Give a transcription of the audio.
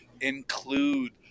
include